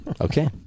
Okay